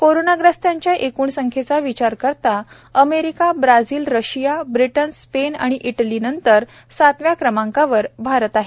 कोरोनाग्रस्तांच्या एकूण संख्येचा विचार करता America Brazil Russia Britain Spain आणि इटली नंतर सातव्या क्रमांकावर भारत आहे